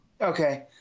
Okay